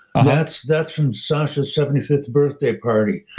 ah that's that's from sasha's seventy fifth birthday party.